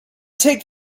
take